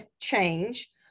change